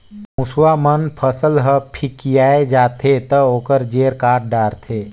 मूसवा मन फसल ह फिकिया जाथे त ओखर जेर काट डारथे